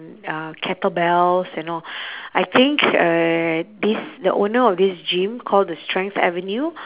uh kettle bells and all I think uh this the owner of this gym called the strength avenue